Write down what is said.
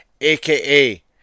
aka